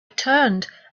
turned